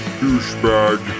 douchebag